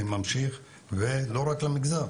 אני ממשיך לא רק למגזר,